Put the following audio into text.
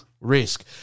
risk